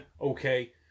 okay